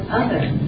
others